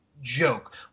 joke